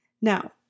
Now